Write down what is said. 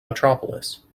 metropolis